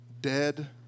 dead